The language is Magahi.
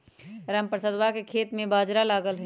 रामप्रसाद के खेत में बाजरा लगल हई